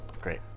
Great